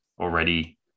already